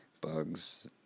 bugs